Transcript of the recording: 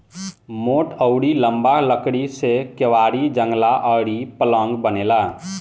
मोट अउरी लंबा लकड़ी से केवाड़ी, जंगला अउरी पलंग बनेला